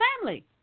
family